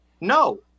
no